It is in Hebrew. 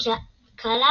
וכלה